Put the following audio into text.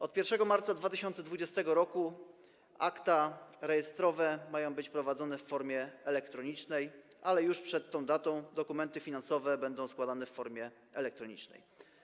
Od 1 marca 2020 r. akta rejestrowe mają być prowadzone w formie elektronicznej, ale już przed tą datą dokumenty finansowe będą składane w formie elektronicznej.